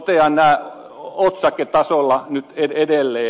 totean nämä otsaketasolla nyt edelleen